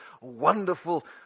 wonderful